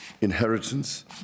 inheritance